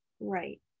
right